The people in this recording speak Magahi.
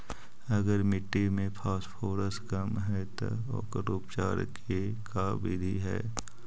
अगर मट्टी में फास्फोरस कम है त ओकर उपचार के का बिधि है?